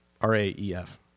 R-A-E-F